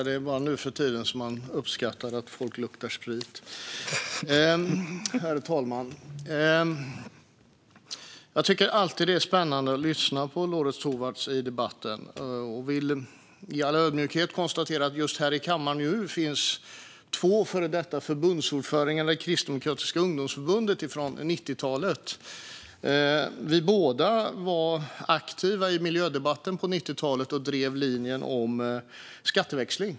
Herr talman! Jag tycker alltid att det är spännande att lyssna på Lorentz Tovatt i debatten och kan i all ödmjukhet konstatera att det här i kammaren just nu finns två före detta förbundsordförande för Kristdemokratiska ungdomsförbundet från 90-talet. Vi var båda aktiva i miljödebatten på 90-talet och drev linjen om skatteväxling.